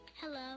Hello